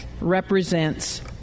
represents